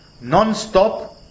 non-stop